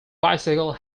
bicycle